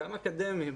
גם אקדמיים,